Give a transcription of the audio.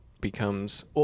becomes